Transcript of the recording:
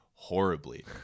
horribly